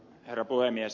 herra puhemies